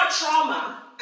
trauma